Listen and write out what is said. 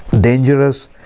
dangerous